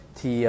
Thì